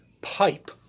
pipe